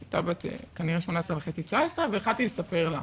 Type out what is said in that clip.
היא כנראה בת 18.5 19 והחלטתי לספר לה.